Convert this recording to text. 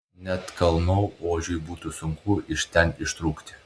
net kalnų ožiui būtų sunku iš ten ištrūkti